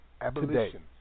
Abolition